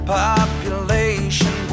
population